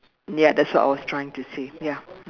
ya that is what I was trying to say ya